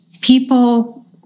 people